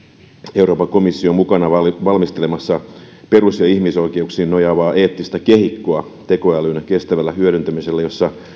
euroopan komissio on mukana valmistelemassa perus ja ihmisoikeuksiin nojaavaa eettistä kehikkoa tekoälyn kestävälle hyödyntämiselle jossa